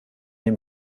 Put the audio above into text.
dem